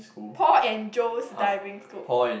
Paul and Joe's Diving School